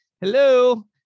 hello